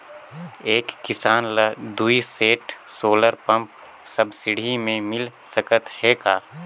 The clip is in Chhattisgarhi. एक किसान ल दुई सेट सोलर पम्प सब्सिडी मे मिल सकत हे का?